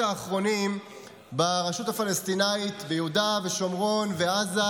האחרונים ברשות הפלסטינית ביהודה ושומרון ועזה,